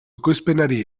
ekoizpenari